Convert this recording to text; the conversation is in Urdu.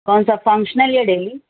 کونسا فنگشنل یا ڈیلی